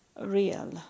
real